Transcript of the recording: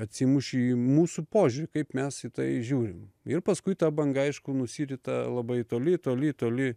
atsimušė į mūsų požiūrį kaip mes į tai žiūrim ir paskui ta banga aišku nusirita labai toli toli toli